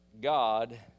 God